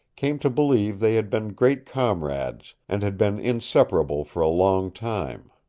came to believe they had been great comrades, and had been inseparable for a long time.